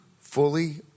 fully